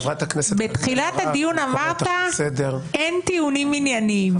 בתחילת הדיון אמרת אין טיעונים ענייניים.